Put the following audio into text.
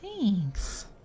Thanks